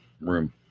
room